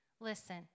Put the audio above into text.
Listen